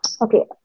okay